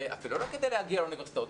לא כדי להגיע לאוניברסיטאות,